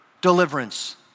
deliverance